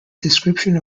description